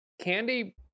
Candy